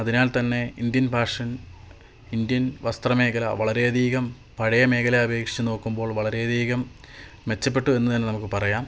അതിനാൽ തന്നെ Indian fashion Indian വസ്ത്രമേഖല വളരെയധികം പഴയ മേഖല അപേക്ഷിച്ച് നോക്കുമ്പോൾ വളരെയധികം മെച്ചപ്പെട്ടു എന്ന് തന്നെ നമുക്ക് പറയാം